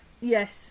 yes